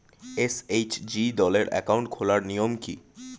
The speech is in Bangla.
এস.এইচ.জি দলের অ্যাকাউন্ট খোলার নিয়ম কী?